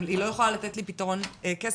אם היא לא יכולה לתת לנו פתרון קסם,